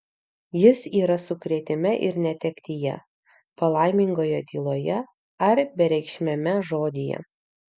jis yra sukrėtime ir netektyje palaimingoje tyloje ar bereikšmiame žodyje